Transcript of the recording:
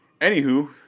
Anywho